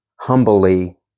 humbly